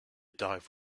dive